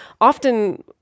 often